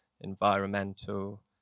environmental